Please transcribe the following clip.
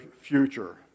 future